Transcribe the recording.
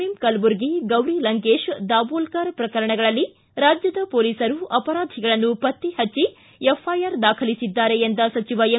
M Kalburgi Gauri Lankesh Dabholkar ಪ್ರಕರಣಗಳಲ್ಲಿ ರಾಜ್ಯದ ಪೊಲೀಸರು ಅಪರಾಧಿಗಳನ್ನು ಪತ್ತೆ ಹಟ್ಟಿ ಎಫ್ಐಆರ್ ದಾಖಲಿಸಿದ್ದಾರೆ ಎಂದು ಸಚಿವ ಎಂ